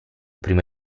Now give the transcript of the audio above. primo